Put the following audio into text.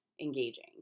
engaging